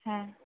হ্যাঁ